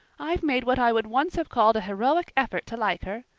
i've made what i would once have called a heroic effort to like her,